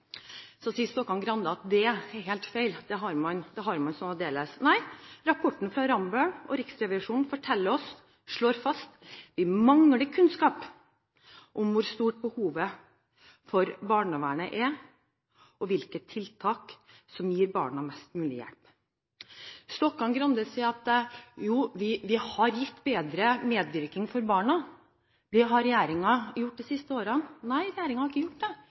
sier Stokkan-Grande at det er helt feil, det har man. Nei, rapporten fra Rambøll og fra Riksrevisjonen slår fast at vi mangler kunnskap om hvor stort behovet for barnevernet er, og hvilke tiltak som gir barna mest mulig hjelp. Stokkan-Grande sier at vi har gitt barna en bedre medvirkning, det har regjeringen gjort de siste årene. Nei, regjeringen har ikke gjort det.